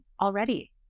already